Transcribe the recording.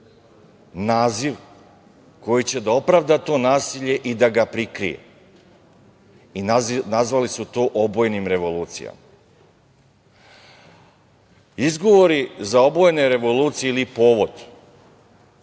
naziv koji će da opravda to nasilje i da ga prikrije i nazvali su to obojenim revolucijama. Izgovori za obojene revolucije ili povod